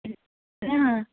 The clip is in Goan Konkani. ना